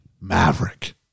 Maverick